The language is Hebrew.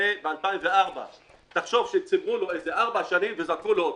זה בשנת 2004. תחשוב שצירפו לו ארבע שנים וזרקו לו: